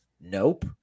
Nope